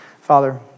Father